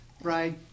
right